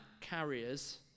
carriers